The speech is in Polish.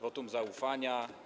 Wotum zaufania.